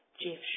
Jeff